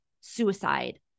suicide